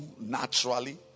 naturally